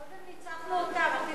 קודם ניצחנו אותם, אל תזלזל.